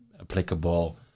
applicable